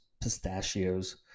pistachios